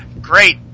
Great